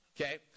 Okay